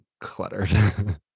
cluttered